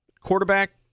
quarterback